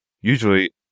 usually